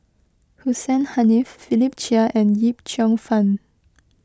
Hussein Haniff Philip Chia and Yip Cheong Fun